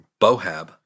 bohab